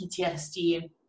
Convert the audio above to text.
PTSD